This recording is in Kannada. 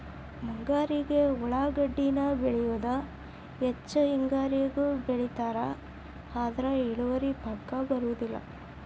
ಮುಂಗಾರಿಗೆ ಉಳಾಗಡ್ಡಿನ ಬೆಳಿಯುದ ಹೆಚ್ಚ ಹೆಂಗಾರಿಗೂ ಬೆಳಿತಾರ ಆದ್ರ ಇಳುವರಿ ಪಕ್ಕಾ ಬರುದಿಲ್ಲ